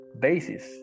basis